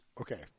Okay